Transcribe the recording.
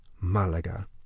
malaga